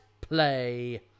play